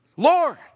Lord